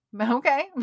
Okay